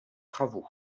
travaux